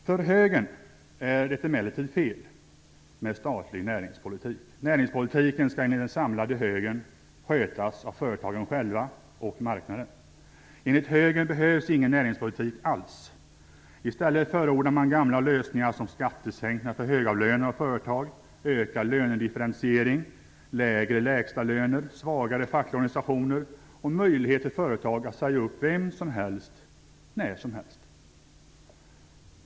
För högern är det emellertid fel med statlig näringspolitik. Näringspolitiken skall enligt den samlade högern skötas av företagen själva och marknaden. Enligt högern behövs ingen näringspolitik alls. I stället förordar man gamla lösningar som skattesänkningar för högavlönade och företag, ökad lönedifferentiering, lägre lägstalöner, svagare fackliga organisationer och möjligheter för företag att säga upp vem som helst när som helst.